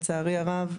לצערי הרב,